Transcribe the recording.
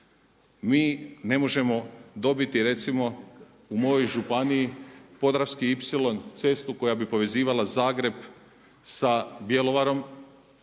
Mi ne možemo dobiti recimo u mojoj županiji podravski ipsilon, cestu koja bi povezivala Zagreb sa Bjelovarom